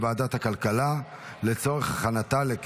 ועדת הכנסת תחליט.